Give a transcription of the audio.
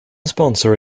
sponsor